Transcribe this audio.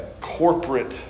corporate